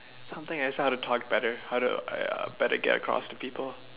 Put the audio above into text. something just how to talk better how to uh better get across to people